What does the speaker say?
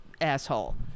asshole